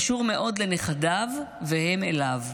קשור מאוד לנכדיו, והם, אליו.